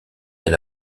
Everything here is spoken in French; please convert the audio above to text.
elle